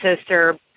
sister